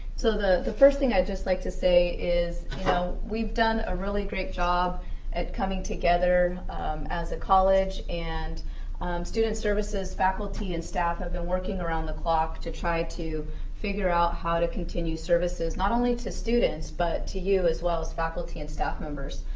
so the the first thing i'd just like to say is, you know, we've done a really great job at coming together as a college, and student services faculty and staff have been working around the clock to try to figure out how to continue services, not only to students, but to you as well as faculty and staff members.